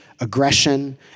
aggression